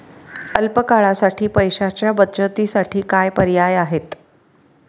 अल्प काळासाठी पैशाच्या बचतीसाठी काय पर्याय आहेत?